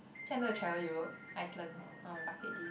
actually i want to travel Europe Iceland on my bucketlist